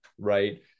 right